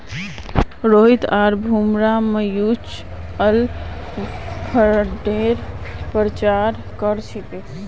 रोहित आर भूमरा म्यूच्यूअल फंडेर प्रचार कर छेक